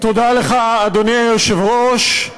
תודה לך, אדוני היושב-ראש.